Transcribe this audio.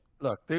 Look